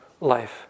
life